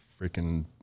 freaking